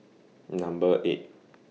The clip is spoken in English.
Number eight